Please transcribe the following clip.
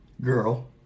girl